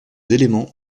éléments